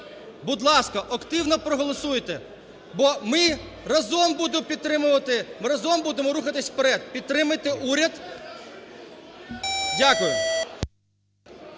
Будь ласка, активно проголосуйте, бо ми разом будемо підтримувати, ми разом будемо рухатись вперед. Підтримайте уряд. Дякую.